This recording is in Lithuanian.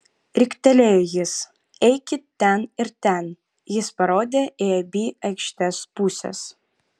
riktelėjo jis eikit ten ir ten jis parodė į abi aikštės puses